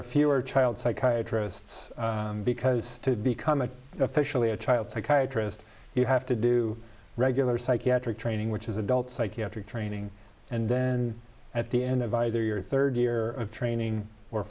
are fewer child psychiatrists because to become a officially a child psychiatrist you have to do regular psychiatric training which is adult psychiatric training and then at the end of either your third year of training or